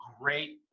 great